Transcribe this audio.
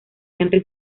henry